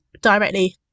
directly